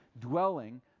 dwelling